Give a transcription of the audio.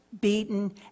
beaten